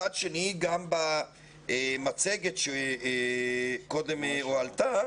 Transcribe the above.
מצד שני, גם במצגת שקודם הועלתה